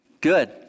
Good